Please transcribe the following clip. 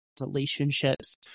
relationships